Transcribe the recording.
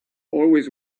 always